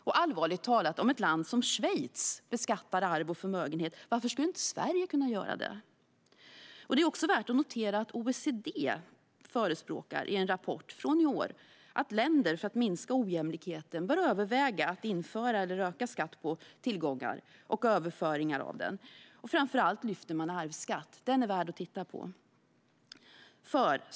Och allvarligt talat; om ett land som Schweiz beskattar arv och förmögenhet, varför skulle inte Sverige kunna göra det? Det är värt att notera att OECD i en rapport från i år förespråkar att länder, för att minska ojämlikheten, bör överväga att införa eller öka skatt på tillgångar och överföringar av dem, framför allt lyfter man upp arvsskatt. Den är värd att titta på.